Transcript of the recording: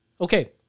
Okay